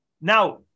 Now